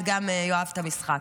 גם גלעד יאהב את המשחק.